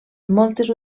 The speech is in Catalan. moltes